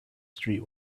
street